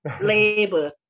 labor